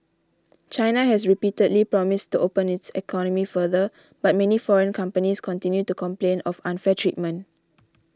China has repeatedly promised to open its economy further but many foreign companies continue to complain of unfair treatment